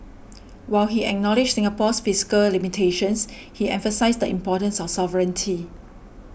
while he acknowledged Singapore's physical limitations he emphasised the importance of sovereignty